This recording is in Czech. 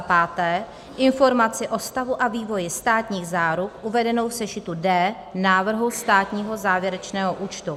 5. informaci o stavu a vývoji státních záruk uvedenou v sešitu D návrhu státního závěrečného účtu;